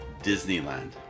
Disneyland